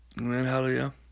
Hallelujah